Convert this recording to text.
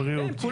בריאות.